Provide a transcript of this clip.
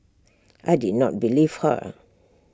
I did not believe her